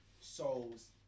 souls